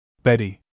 Betty